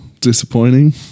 disappointing